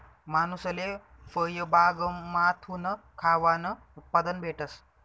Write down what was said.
मानूसले फयबागमाथून खावानं उत्पादन भेटस